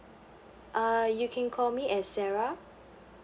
uh you can call me eh sarah